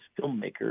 filmmaker